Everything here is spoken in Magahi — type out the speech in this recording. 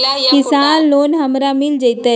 किसान लोन हमरा मिल जायत?